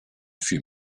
few